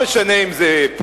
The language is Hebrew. לא משנה אם זה "פקק",